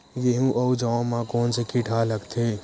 गेहूं अउ जौ मा कोन से कीट हा लगथे?